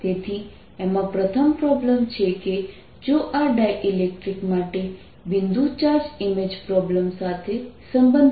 તેથી એમાં પ્રથમ પ્રોબ્લેમ છે કે જો આ ડાઇલેક્ટ્રિક માટે બિંદુ ચાર્જ ઇમેજ પ્રોબ્લેમ સાથે સંબંધિત છે